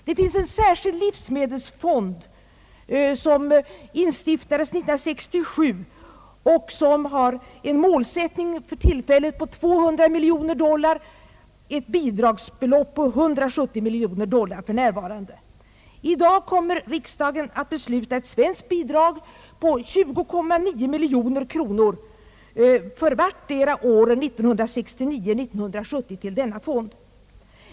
Det finns en särskild livsmedelsfond som instiftades 1967 och vars målsättning är att om möjligt rekrytera bidrag på sammanlagt 200 miljoner dollar årligen. Bidragsbeloppet uppgår för närvarande till 170 miljoner dollar. I dag kommer riksdagen att besluta ett svenskt bidrag till denna fond på 20,9 miljoner kronor för vartdera av åren 1969 och 1970.